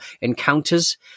encounters